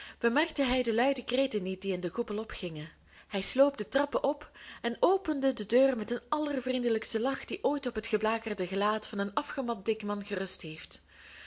bemerkte hij de luide kreten niet die in den koepel opgingen hij sloop de trappen op en opende de deur met den allervriendelijksten lach die ooit op het geblakerde gelaat van een afgemat dik man gerust heeft